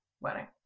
wedding